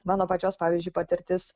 mano pačios pavyzdžiui patirtis